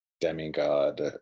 demigod